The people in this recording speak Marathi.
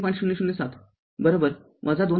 ००७ २